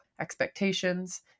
expectations